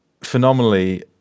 phenomenally